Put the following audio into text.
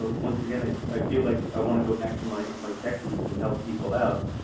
but once again i i feel like i want to go back to my my tech routes and help people out,